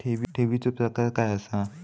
ठेवीचो प्रकार काय असा?